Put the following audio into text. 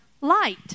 light